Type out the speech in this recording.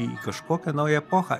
į kažkokią naują epochą